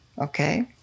Okay